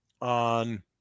on